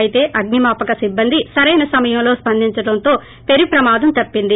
అయితే అగ్ని మాపక సిబ్బంది సరైన సమయంలో స్పందించడంతో పెను ప్రమాదం తప్పింది